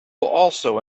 also